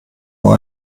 nur